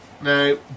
Now